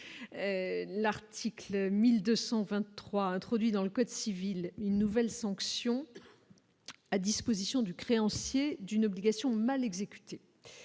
l'article 1223 introduit dans le code civil, une nouvelle sanction à disposition du créancier. C'est d'une obligation mal exécuté,